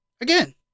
Again